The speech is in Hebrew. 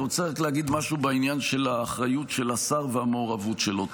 אני רוצה רק להגיד משהו בעניין של האחריות של השר והמעורבות שלו.